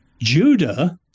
Judah